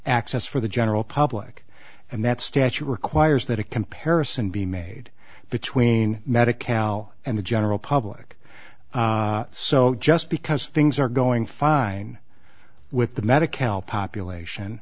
access for the general public and that statute requires that a comparison be made between medic cal and the general public so just because things are going fine with the medical population